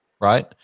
right